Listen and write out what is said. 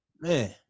man